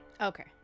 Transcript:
Okay